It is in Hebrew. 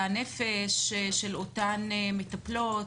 לנפש של אותן מטפלות,